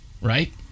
right